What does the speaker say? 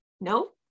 no